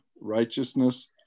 righteousness